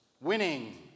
winning